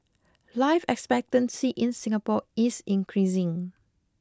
life expectancy in Singapore is increasing